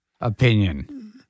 opinion